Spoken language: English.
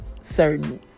certain